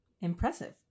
Impressive